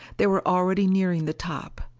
they were already nearing the top.